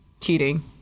cheating